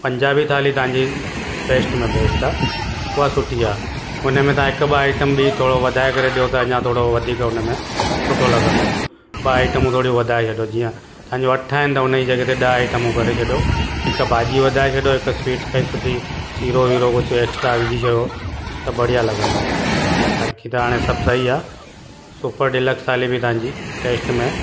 पंजाबी थाली तव्हांजी बेस्ट में बेस्ट आहे हुआ सुठी आहे हुनमें तव्हां हिकु ॿ आईटम बि थोरो वधाए करे ॾेयो त अञा थोरो वधीक हुनमें सुठो लॻंदो ॿ आईटमूं थोरियूं वधाए छॾो जीअं तव्हांजो अठ आहिनि त हुनजी जॻह ते ॾह आईटमूं करे छॾियो हिकु भाॼी वधाए छॾियो हिकु स्वीट्स काई सुठी सीरो वीरो कुझु तव्हां विझी छॾियो त बढ़िया लॻंदो बाक़ी त हाणे सभु सई आहे सुपर डिलक्स थाली बि तव्हांजी टेस्ट में